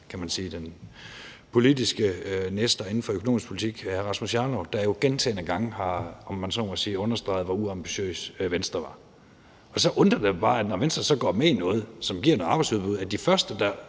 Poulsen, men den politiske nestor inden for økonomisk politik hr. Rasmus Jarlov – gentagne gange har understreget, hvor uambitiøs Venstre var. Og så undrer det mig bare, at når Venstre så går med i noget, som giver et arbejdsudbud, så er de første, der